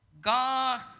God